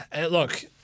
Look